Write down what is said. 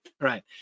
right